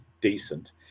decent